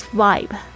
vibe